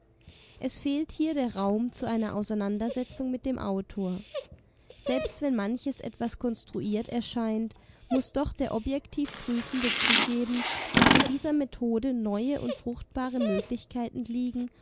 es fehlt hier der raum zu einer auseinandersetzung mit dem autor selbst wenn manches etwas konstruiert erscheint muß doch der objektiv prüfende zugeben daß in dieser methode neue und fruchtbare möglichkeiten liegen